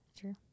True